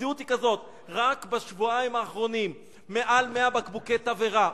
המציאות היא כזאת: רק בשבועיים האחרונים מעל 100 בקבוקי תבערה,